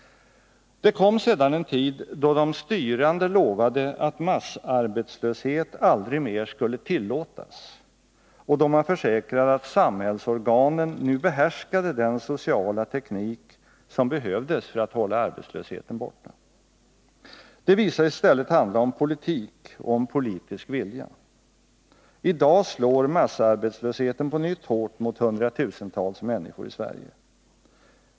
Det kom sedan en tid då de styrande lovade att massarbetslöshet aldrig mer skulle tillåtas och då man försäkrade att samhällsorganen nu behärskade den sociala teknik som behövdes för att hålla arbetslösheten borta. Det visade sig i stället handla om politik och om politisk vilja. I dag slår massarbetslösheten på nytt hårt mot hundratusentals människor i Sverige.